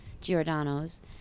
Giordano's